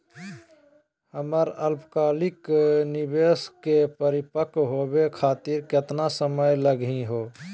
हमर अल्पकालिक निवेस क परिपक्व होवे खातिर केतना समय लगही हो?